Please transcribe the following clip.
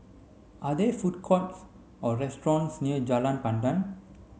are there food courts or restaurants near Jalan Pandan